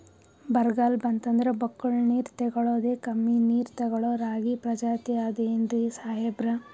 ಬರ್ಗಾಲ್ ಬಂತಂದ್ರ ಬಕ್ಕುಳ ನೀರ್ ತೆಗಳೋದೆ, ಕಮ್ಮಿ ನೀರ್ ತೆಗಳೋ ರಾಗಿ ಪ್ರಜಾತಿ ಆದ್ ಏನ್ರಿ ಸಾಹೇಬ್ರ?